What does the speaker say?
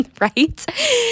right